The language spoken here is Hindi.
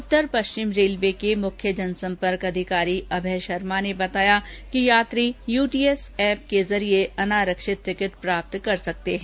उत्तर पश्चिम रेलवे के मुख्य जनसंपर्क अधिकारी अभय शर्मा ने बताया कि यात्री यूटीएस एप के जरिए अनारक्षित टिकट प्राप्त कर सकते हैं